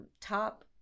top